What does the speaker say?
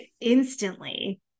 instantly